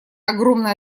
огромная